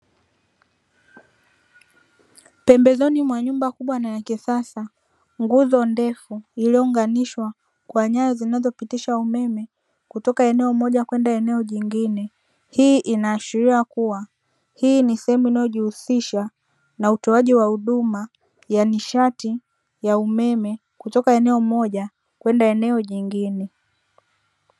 Pembezoni mwa nyumba kubwa na ya kisasa nguzo ndefu iliyounganishwa kwa nyaya zinazopitisha umeme kutoka eneo moja kwenda jingine. Hii inaashiria kuwa hii ni sehemu inayojihusisha na utoaji wa huduma wa nishati ya umeme, kutoka eneo moja kwenda eneo jingine.